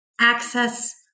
access